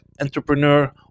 entrepreneur